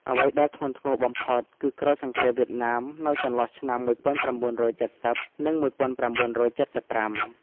អ្វីដែលធ្ងន់ធ្ងរបំផុតគឺក្រោយសង្រ្គាមវៀតណាមនៅចន្លោះឆ្នាំ ១៩៧០ និង ១៩៧៥ ។